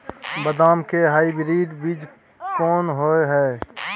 बदाम के हाइब्रिड बीज कोन होय है?